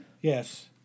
Yes